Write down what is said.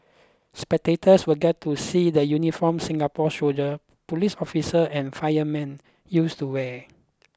spectators will get to see the uniforms Singapore's soldier police officer and firemen used to wear